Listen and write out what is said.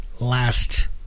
last